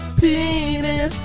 penis